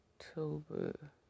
October